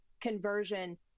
conversion